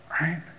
Right